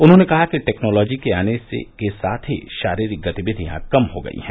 उन्होंने कहा कि टैक्नोलॉजी के आने के साथ ही शारीरिक गतिविधिया कम हो गई हैं